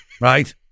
right